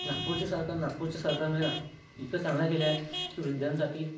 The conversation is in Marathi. नागपूरची सरकार नागपूरच्या सरकार ना इतकं चांगलं केले आहे वृद्धांसाठी